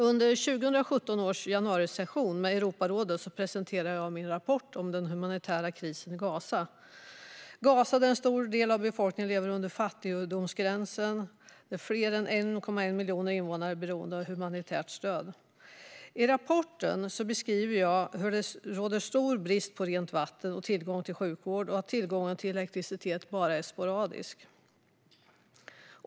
Under 2017 års januarisession med Europarådet presenterade jag min rapport om den humanitära krisen i Gaza, där en stor del av befolkningen lever under fattigdomsgränsen och fler än 1,1 miljon invånare är beroende av humanitärt stöd. I rapporten beskrev jag hur det råder stor brist på rent vatten och tillgång till sjukvård och att tillgången till elektricitet bara är sporadisk.